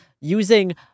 using